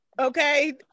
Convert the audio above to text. okay